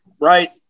right